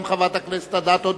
גם חברת הכנסת היא דוקטור,